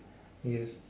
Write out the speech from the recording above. yes